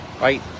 right